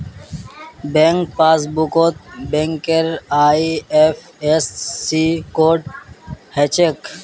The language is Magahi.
बैंक पासबुकत बैंकेर आई.एफ.एस.सी कोड हछे